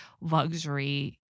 luxury